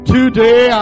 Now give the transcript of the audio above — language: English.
Today